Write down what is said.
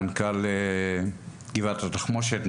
מנכ״ל גבעת התחמושת,